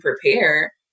prepare